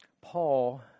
Paul